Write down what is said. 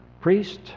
priest